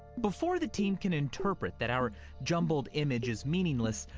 before the team can interpret that our jumbled image is meaningless,